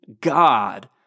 God